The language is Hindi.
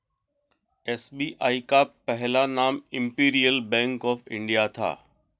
एस.बी.आई का पहला नाम इम्पीरीअल बैंक ऑफ इंडिया था